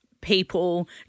people